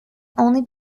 only